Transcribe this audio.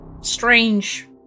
strange